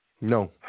No